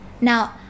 Now